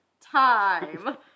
time